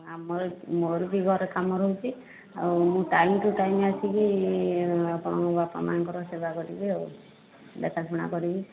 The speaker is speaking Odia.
ଆମର ମୋ'ର ବି ଘରେ କାମ ରହୁଛି ଆଉ ମୁଁ ଟାଇମ ଟୁ ଟାଇମ ଆସିକି ଆପଣଙ୍କ ବାପା ମାଆଙ୍କର ସେବା କରିବି ଆଉ ଦେଖାଶୁଣା କରିବି